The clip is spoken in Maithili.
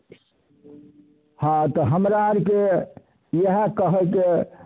हाँ तऽ हमरा आओरके इएह कहैके